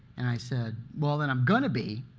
and i said, well, then i'm going to be.